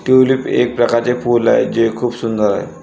tulip एक प्रकारचे फूल आहे जे खूप सुंदर आहे